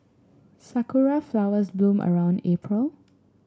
sakura flowers bloom around April